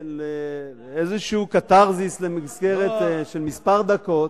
איזה קתרזיס במסגרת של כמה דקות,